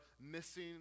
missing